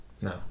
No